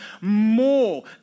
more